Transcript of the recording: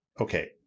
okay